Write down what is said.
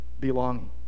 belonging